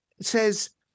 says